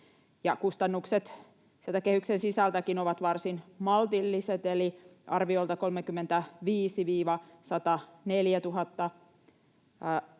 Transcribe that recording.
kustannukset sieltä kehyksen sisältäkin ovat varsin maltilliset eli arviolta 35 000—104 000 euroa